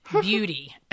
beauty